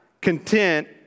content